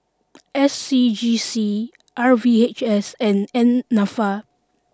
S C G C R V H S and N Nafa